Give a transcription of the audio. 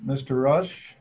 mr rush